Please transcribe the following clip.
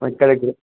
ఎక్కడికి